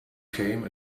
came